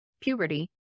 puberty